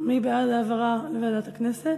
מי בעד העברה לוועדת הכנסת?